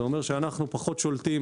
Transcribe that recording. אלא זה אומר שאנחנו פחות שולטים